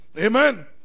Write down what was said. Amen